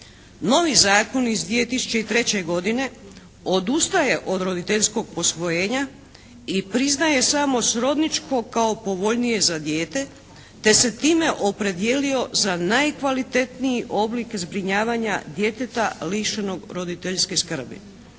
Novi zakon iz 2003. godine odustaje od roditeljskog posvojenja i priznaje samo srodničko kao povoljnije za dijete te se time opredijelio za najkvalitetniji oblik zbrinjavanja djeteta lišenog roditeljske skrbi.